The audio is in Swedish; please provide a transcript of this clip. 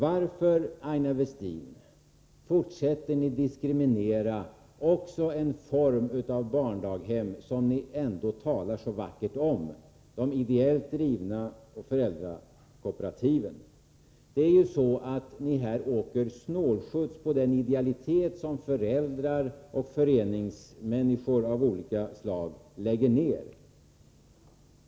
Varför, Aina Westin, fortsätter ni att diskriminera också en form av barndaghem som ni ändå talar så vackert om, de ideellt drivna och föräldrakooperativen? Ni åker här snålskjuts på det frivilliga arbete som föräldrar och föreningsmänniskor av olika slag lägger ned.